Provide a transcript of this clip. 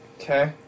Okay